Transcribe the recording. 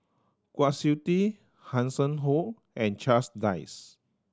Kwa Siew Tee Hanson Ho and Charles Dyce